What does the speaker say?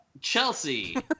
Chelsea